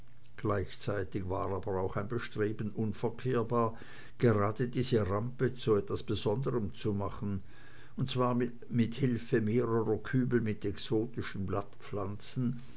gleichzeitig war aber doch ein bestreben unverkennbar gerade diese rampe zu was besonderem zu machen und zwar mit hilfe mehrerer kübel mit exotischen